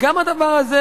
גם הדבר הזה,